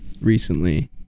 recently